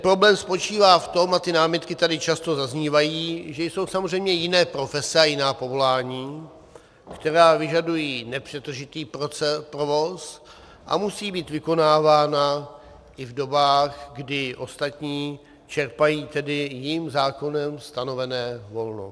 Problém spočívá v tom, a ty námitky tady často zaznívají, že jsou samozřejmě jiné profese a jiná povolání, která vyžadují nepřetržitý provoz a musí být vykonávána i v dobách, kdy ostatní čerpají jim zákonem stanovené volno.